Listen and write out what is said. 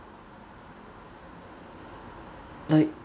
like